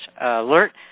Alert